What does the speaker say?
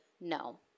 no